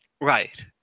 Right